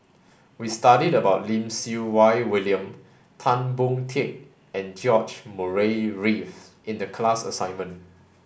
we studied about Lim Siew Wai William Tan Boon Teik and George Murray Reith in the class assignment